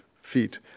feet